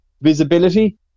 visibility